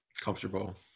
comfortable